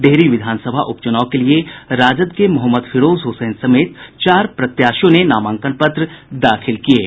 डेहरी विधानसभा उपचुनाव के लिए राजद के मोहम्मद फिरोज हुसैन समेत चार प्रत्याशियों ने नामांकन पत्र दाखिल किये हैं